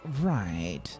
right